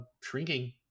shrinking